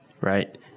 right